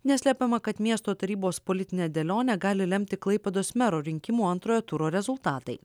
neslepiama kad miesto tarybos politinę dėlionę gali lemti klaipėdos mero rinkimų antrojo turo rezultatai